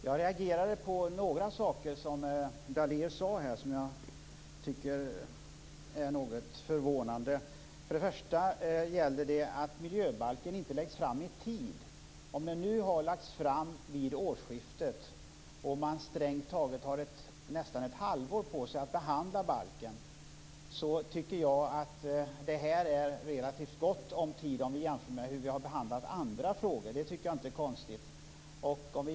Fru talman! Jag reagerade på några saker Daléus sade och som jag tycker är förvånande. Först och främst gällde det att miljöbalken inte har lagts fram i tid. Balken lades fram vid årsskiftet, och det finns strängt taget ett halvår för att behandla balken. Jag tycker att det är gott om tid jämfört med hur andra frågor har behandlats.